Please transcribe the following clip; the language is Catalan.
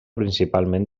principalment